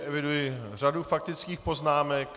Eviduji řadu faktických poznámek.